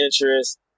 interest